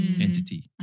entity